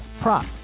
prop